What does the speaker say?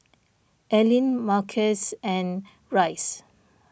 Aline Marquez and Rice